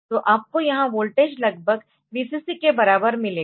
तो आपको यहाँ वोल्टेज लगभग Vcc के बराबर मिलेगा